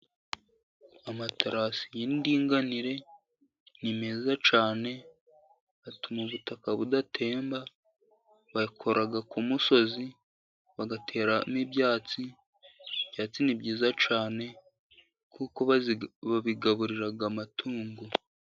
Amatarasi y'indinganire ni meza cyane atuma ubutaka budatemba, bayakora ku musozi, bagateramo ibyatsi. Ibyatsi ni byiza cyane kuko babigaburira amatungo.